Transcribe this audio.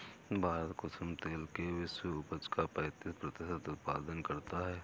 भारत कुसुम तेल के विश्व उपज का पैंतीस प्रतिशत उत्पादन करता है